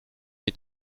est